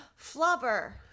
Flubber